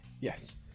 Yes